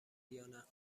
یانه